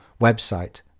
website